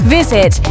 visit